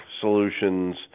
solutions